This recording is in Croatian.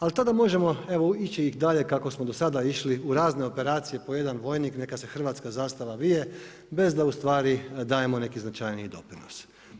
Ali tada možemo evo ići i dalje kako smo do sada išli u razne operacije po jedan vojnik, neka se hrvatska zastava vije bez da ustvari dajemo neki značajniji doprinos.